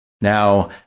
Now